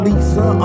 Lisa